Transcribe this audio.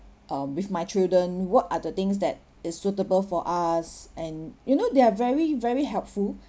um with my children what are the things that is suitable for us and you know they are very very helpful